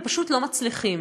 הם פשוט לא מצליחים.